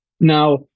Now